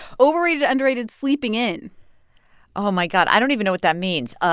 overrated underrated sleeping in oh, my god. i don't even know what that means